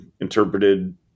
interpreted